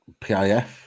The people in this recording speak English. PIF